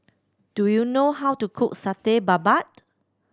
do you know how to cook Satay Babat